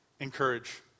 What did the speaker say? encourage